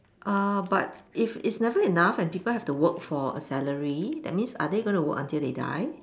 uh but if it's never enough and people have to work for a salary that means are they gonna work until they die